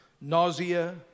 nausea